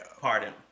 pardon